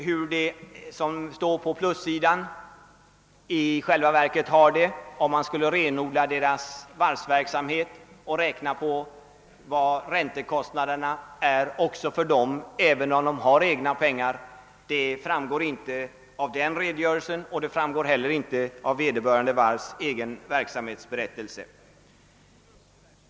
Hur de som står på plussidan i själva verket har det, ifall man skulle renodla deras varvsverksamhet och räkna på vad räntekostnaderna är också för dem, även om de har egna pengar, framgår inte av dessa redogörelser och inte heller av vederbörande varvs egen verksamhetsberättelse.